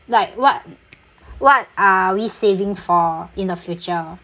like what what are we saving for in the future